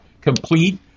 complete